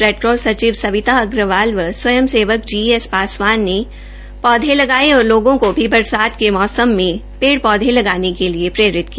Red Cross सचिव सविता अग्रवाल व स्वय सेवक जी एस ने पौधे लगाये और लोगों को भी बरसात के मौसम में पेड़ पौधे लगाने के लिए प्रेरित किया